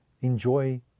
enjoy